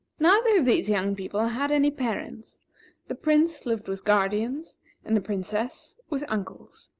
neither of these young people had any parents the prince lived with guardians and the princess with uncles.